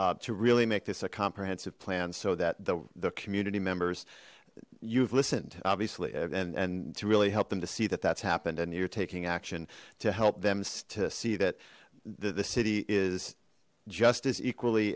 well to really make this a comprehensive plan so that the community members you've listened obviously and and to really help them to see that that's happened and you're taking action to help them to see that the city is just as equally